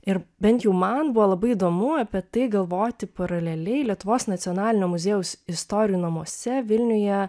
ir bent jau man buvo labai įdomu apie tai galvoti paraleliai lietuvos nacionalinio muziejaus istorijų namuose vilniuje